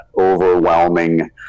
overwhelming